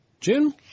June